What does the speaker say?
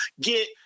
get –